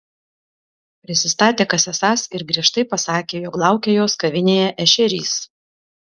prisistatė kas esąs ir griežtai pasakė jog laukia jos kavinėje ešerys